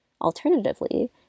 Alternatively